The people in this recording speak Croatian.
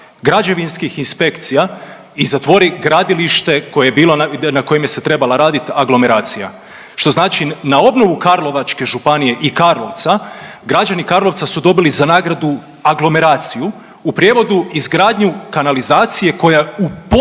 građevinskih inspekcija i zatvori gradilište koje je bilo, na kojem se trebala raditi aglomeracija, što znači na obnovu Karlovačke županije i Karlovca građani Karlovca su dobili za nagradu aglomeraciju, u prijevodu, izgradnju kanalizacije koja u potpunosti,